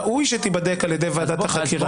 ראוי שתיבדק על ידי ועדת החקירה,